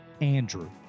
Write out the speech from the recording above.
Andrew